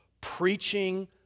preaching